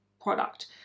product